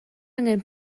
angen